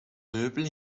möbel